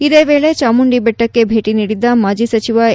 ಇದೇ ವೇಳೆ ಚಾಮುಂಡಿ ಬೆಟ್ಟಕ್ಕೆ ಭೇಟಿ ನೀಡಿದ್ದ ಮಾಜಿ ಸಚಿವ ಎ